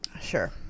sure